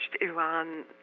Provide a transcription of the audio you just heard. Iran